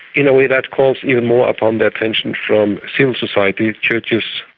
in a way that calls even more upon the attention from civil society, churches,